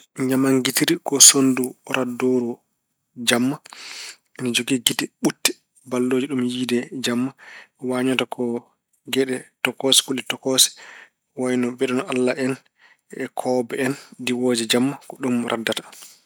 Ñaamanngitori ko sonndu raddooru jamma. Ine jogii gite ɓutte ballooje ɗum yiyde jamma. Waañata ko geɗe tokoose, kulle tokoose ko wayno mbeɗon Allah en, e koowobbe en ndiwooje jamma. Ko ɗum raddata.